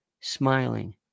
smiling